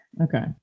Okay